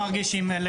מי רצה להוסיף כאן?